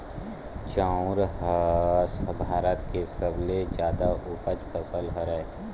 चाँउर ह भारत के सबले जादा उपज फसल हरय